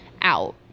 out